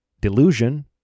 delusion